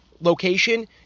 location